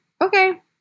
okay